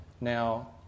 Now